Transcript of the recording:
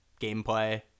gameplay